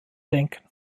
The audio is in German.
denken